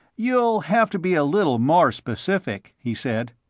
you'll have to be a little more specific, he said.